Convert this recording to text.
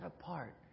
apart